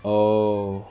oh